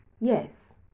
Yes